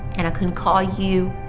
and couldn't call you.